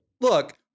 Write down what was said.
Look